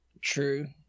true